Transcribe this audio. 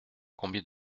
combien